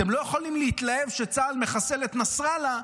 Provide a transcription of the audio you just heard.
אתם לא יכולים להתלהב כשצה"ל מחסל את נסראללה,